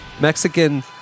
Mexican